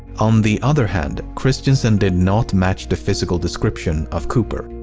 on the other hand, christiansen did not match the physical description of cooper.